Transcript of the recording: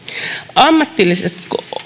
ammatilliset